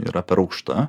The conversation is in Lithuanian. yra per aukšta